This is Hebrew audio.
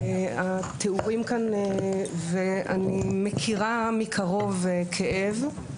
אני מכירה מקרוב כאב,